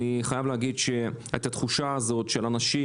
אני חייב לתאר את התחושה הזאת של אנשים